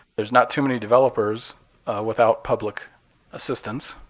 there's not too many developers without public assistance